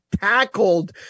tackled